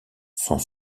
sont